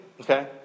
Okay